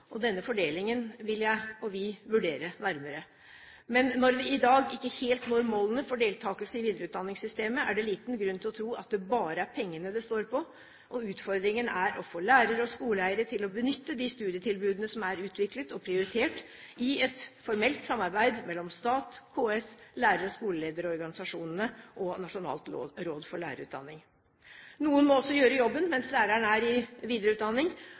og denne fordelingen vil vi vurdere nærmere. Men når vi i dag ikke helt når målene for deltakelse i videreutdanningssystemet, er det liten grunn til å tro at det bare er pengene det står på. Utfordringen er å få lærere og skoleeiere til å benytte de studietilbudene som er utviklet og prioritert i et formelt samarbeid mellom stat, KS, lærer- og skolelederorganisasjonene og Nasjonalt råd for lærerutdanningen. Noen må gjøre jobben mens læreren er i videreutdanning.